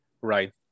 right